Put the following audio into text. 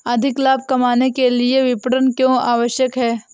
अधिक लाभ कमाने के लिए विपणन क्यो आवश्यक है?